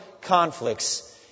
conflicts